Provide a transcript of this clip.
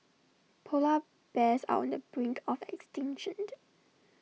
Polar Bears are on the brink of extinction